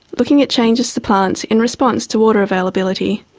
looking at changes to plants in response to water availability.